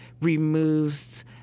removes